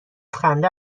خنده